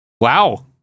wow